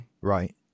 Right